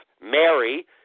Mary